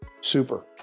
Super